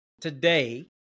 today